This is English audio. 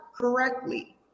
correctly